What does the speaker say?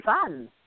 fun